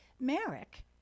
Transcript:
Merrick